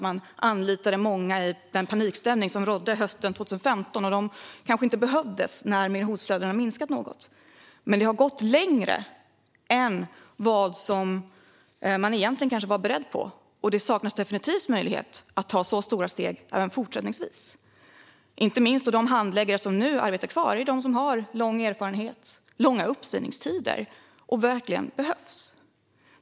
Man anlitade många i den panikstämning som rådde hösten 2015, och de kanske inte behövdes när migrationsflödena hade minskat något. Men det har gått längre än vad man egentligen kanske var beredd på. Och det saknas definitivt möjlighet att ta så stora steg även fortsättningsvis, inte minst då de handläggare som nu arbetar kvar är de som har lång erfarenhet, lång uppsägningstid och verkligen behövs.